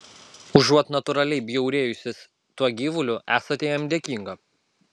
užuot natūraliai bjaurėjusis tuo gyvuliu esate jam dėkinga